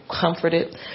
comforted